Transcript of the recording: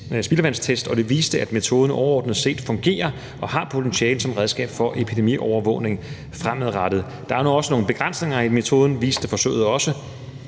spildevandstest, og de viste, at metoden overordnet set fungerer og har potentiale som redskab til epidemiovervågning fremadrettet. Der er nu også nogle begrænsninger i metoden, viste forsøget.